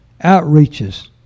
outreaches